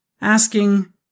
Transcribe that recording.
asking